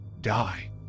die